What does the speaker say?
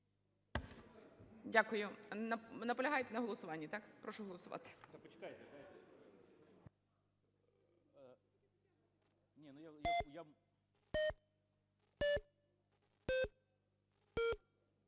Дякую. Наполягаєте на голосуванні, так? Прошу голосувати.